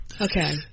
Okay